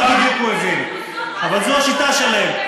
אבל זאת השיטה שלהם,